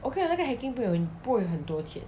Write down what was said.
okay ah 那个 hacking 不会不会很多钱